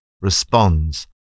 responds